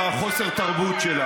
אתה היושב-ראש.